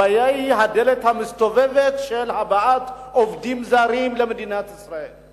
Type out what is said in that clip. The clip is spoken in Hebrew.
הבעיה היא הדלת המסתובבת של הבאת עובדים זרים למדינת ישראל.